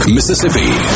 Mississippi